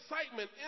excitement